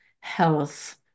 health